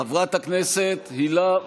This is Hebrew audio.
חברת הכנסת הילה וזאן.